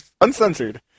Uncensored